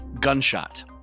Gunshot